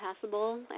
passable